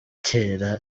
kera